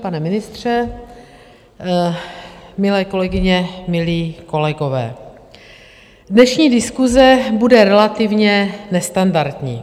Pane ministře, milé kolegyně, milí kolegové, dnešní diskuse bude relativně nestandardní.